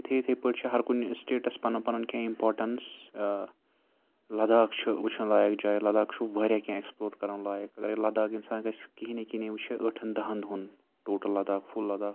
اِتھَے اِتھَے پٲٹھۍ چھِ ہرکُنہِ سٹیٹَس پَنُن پَنُن کینٛہہ اِمپاٹَنٕس لداخ چھُ وٕچھُن لایق جاے لداخ چھُ واریاہ کینٛہہ اٮ۪کٕسپٕلور کَرُن لایق اگرَے لداخ اِنسان گژھِ کِہیٖنۍ نَے کِہیٖنۍ نَے یہِ وُچھِ ٲٹھَن دَہَن دۄہَن ٹوٹَل لداخ فُل لداخ